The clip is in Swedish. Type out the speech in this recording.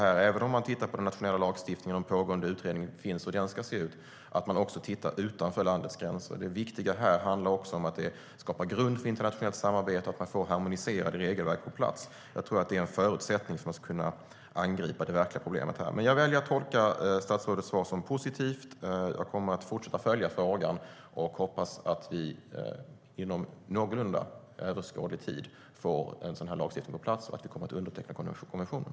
Även om man tittar på den nationella lagstiftningen och den pågående utredningen bör man även titta utanför landets gränser. Det viktiga här handlar också om att skapa grund för internationellt samarbete och att man får harmoniserade regelverk på plats. Jag tror att det är en förutsättning för att man ska kunna angripa det verkliga problemet. Jag väljer att tolka statsrådets svar som positivt. Jag kommer att fortsätta att följa frågan och hoppas att vi inom någorlunda överskådlig tid får en lagstiftning på plats och att vi kommer att underteckna konventionen.